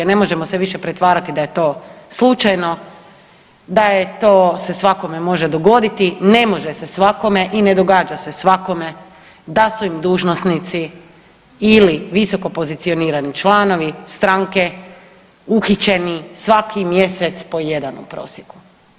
Ne možemo se više pretvarati da je to slučajno, da je to se svakome može dogoditi, ne može se svakome i ne događa se svakome da su im dužnosnici ili visokopozicionirani članovi stranke uhićeni svaki mjesec po jedan u prosjeku.